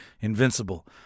invincible